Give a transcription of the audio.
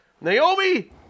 Naomi